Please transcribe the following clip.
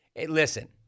listen